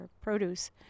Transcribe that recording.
produce